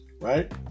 right